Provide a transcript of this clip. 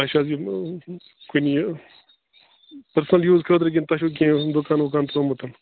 تۄہہِ چھِ حظ یِم کِنۍ یہِ پٔرسنل یوٗز خٲطرٕ کِنۍ تۄہہِ چھو کیٚنٛہہ دُکان وُکان تروٚمُت